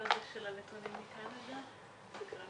בשעה